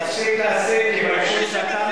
תודה לך, חבר הכנסת